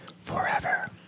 forever